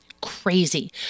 crazy